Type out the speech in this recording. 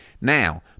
Now